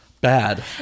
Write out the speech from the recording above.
bad